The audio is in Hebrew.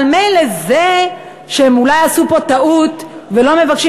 אבל מילא זה שהם אולי עשו פה טעות ולא מבקשים